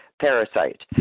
parasite